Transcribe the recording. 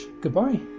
goodbye